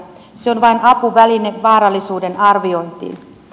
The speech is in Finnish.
se on vain apuväline vaarallisuuden arviointiin